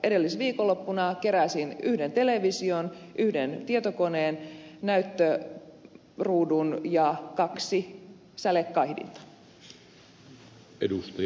edellisviikonloppuna keräsin yhden television yhden tietokoneen näyttöruudun ja kaksi sälekaihdinta